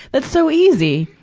that's so easy.